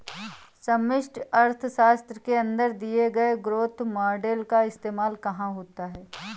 समष्टि अर्थशास्त्र के अंदर दिए गए ग्रोथ मॉडेल का इस्तेमाल कहाँ होता है?